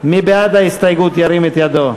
ארגוני הורים,